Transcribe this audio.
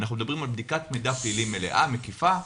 אנחנו מדברים על בדיקת מידע פלילי מלאה ומקיפה,